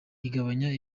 igabanya